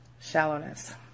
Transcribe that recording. shallowness